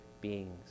beings